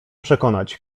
przekonać